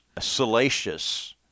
salacious